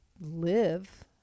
live